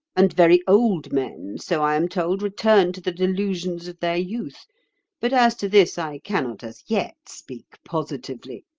and very old men, so i am told, return to the delusions of their youth but as to this i cannot as yet speak positively.